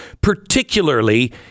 particularly